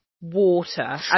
water